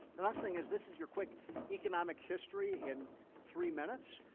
the last thing is, this is your quick economic history in three minutes,